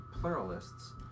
pluralists